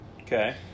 Okay